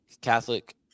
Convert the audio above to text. Catholic